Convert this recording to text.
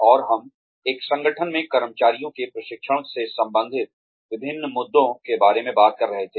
और हम एक संगठन में कर्मचारियों के प्रशिक्षण से संबंधित विभिन्न मुद्दों के बारे में बात कर रहे थे